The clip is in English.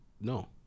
No